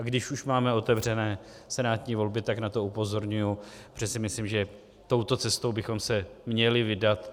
Když už máme otevřené senátní volby, tak na to upozorňuji, protože si myslím, že touto cestou bychom se měli vydat.